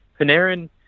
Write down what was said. Panarin